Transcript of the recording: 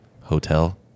hotel